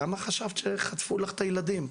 למה חשבת שחטפו לך את הילדים?